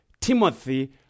Timothy